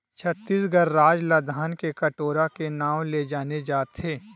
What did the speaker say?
छत्तीसगढ़ राज ल धान के कटोरा के नांव ले जाने जाथे